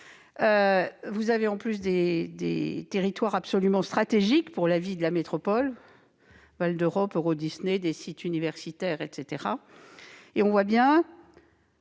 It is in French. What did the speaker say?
comprend des territoires absolument stratégiques pour la vie de la métropole : Val d'Europe, Eurodisney, sites universitaires, etc. On voit bien